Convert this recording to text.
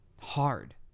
hard